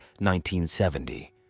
1970